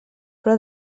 però